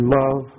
love